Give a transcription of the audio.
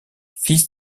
fils